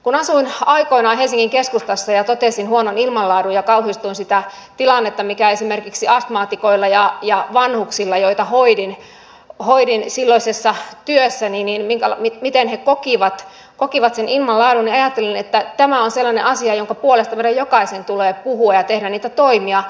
kun asuin aikoinaan helsingin keskustassa ja totesin huonon ilmanlaadun ja kauhistuin sitä tilannetta mikä on esimerkiksi astmaatikoilla ja vanhuksilla joita hoidin silloisessa työssäni miten he kokivat sen ilmanlaadun ja ajattelin että tämä on sellainen asia jonka puolesta meidän jokaisen tulee puhua ja tehdä niitä toimia